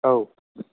औ